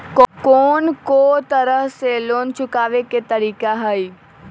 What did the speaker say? कोन को तरह से लोन चुकावे के तरीका हई?